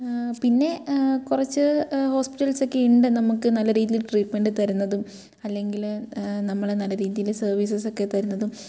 പിന്നെ കുറച്ച് ഹോസ്പിറ്റൽസൊക്കെയുണ്ട് നമുക്ക് നല്ല രീതിയിൽ ട്രീറ്റ്മെൻറ്റ് തരുന്നതും അല്ലെങ്കിൽ നമ്മൾ നല്ല രീതിയിൽ സർവീസസൊക്കെ തരുന്നതും